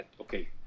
okay